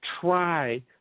try